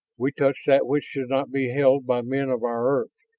we touch that which should not be held by men of our earth.